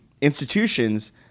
institutions